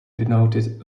denoted